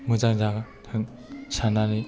मोजां जाथों साननानै